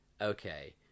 okay